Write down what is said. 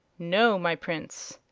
no, my prince.